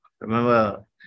Remember